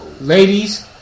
Ladies